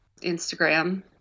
Instagram